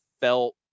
felt